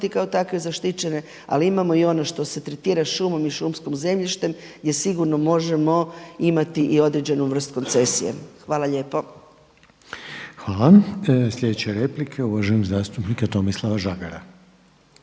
kao takve zaštićene ali imamo i ono što se tretira šumom i šumskim zemljištem gdje sigurno možemo imati i određenu vrst koncesije. Hvala lijepo. **Reiner, Željko (HDZ)** Hvala. Slijedeća replika je uvaženog zastupnika Tomislava Žagara.